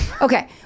okay